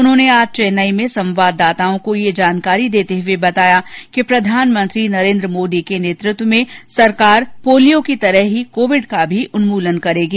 उन्होंने आज चेन्नई में संवाददाताओं को यह जानकारी देते हुए बताया कि प्रधानमंत्री नरेन्द्र मोदी के नेतृत्व में सरकार पोलियो की तरह ही कोविड का भी उन्मूलन करेगी